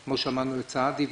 כמו ששמעתם את ח"כ סעדי,